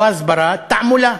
לא הסברה, תעמולה.